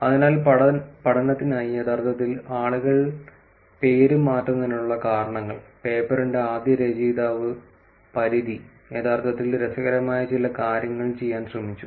അതിനാൽ പഠനത്തിനായി യഥാർത്ഥത്തിൽ ആളുകൾ പേര് മാറ്റുന്നതിനുള്ള കാരണങ്ങൾ പേപ്പറിന്റെ ആദ്യ രചയിതാവ് പരിധി യഥാർത്ഥത്തിൽ രസകരമായ ചില കാര്യങ്ങൾ ചെയ്യാൻ ശ്രമിച്ചു